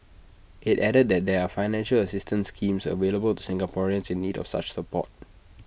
IT added that there are financial assistance schemes available to Singaporeans in need of such support